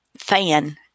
Fan